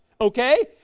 okay